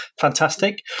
fantastic